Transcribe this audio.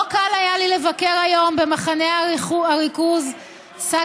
לא קל היה לי לבקר היום במחנה הריכוז זקסנהאוזן,